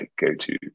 go-to